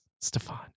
Stefan